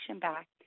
back